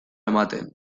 ematen